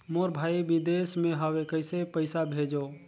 मोर भाई विदेश मे हवे कइसे पईसा भेजो?